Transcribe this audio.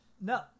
no